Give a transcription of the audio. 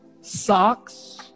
socks